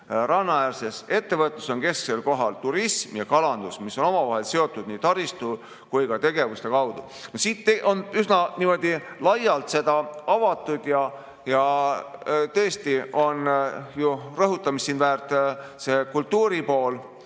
Rannaäärses ettevõtluses on kesksel kohal turism ja kalandus, mis on omavahel seotud nii taristu kui ka tegevuste kaudu." No siin on üsna laialt seda avatud. Tõesti on ju rõhutamist väärt see kultuuripool,